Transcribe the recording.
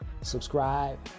subscribe